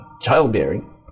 childbearing